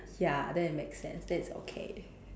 ya then it makes sense that is okay